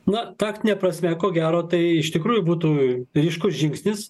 na taktine prasme ko gero tai iš tikrųjų būtų ryškus žingsnis